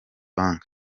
bank